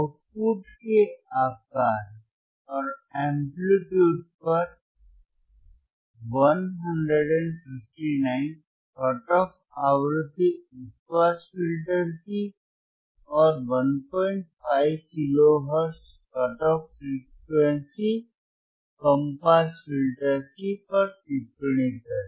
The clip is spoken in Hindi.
आउटपुट के आकार और एम्पलीटूड पर 159 कट ऑफ आवृत्ति उच्च पास फिल्टर की और 15 किलो हर्ट्ज कट ऑफ आवृत्ति कम पास फिल्टर की पर टिप्पणी करें